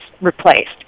replaced